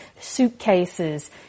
suitcases